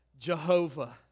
Jehovah